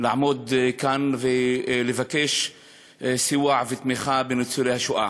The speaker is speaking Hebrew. לעמוד כאן ולבקש סיוע ותמיכה לניצולי השואה,